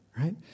right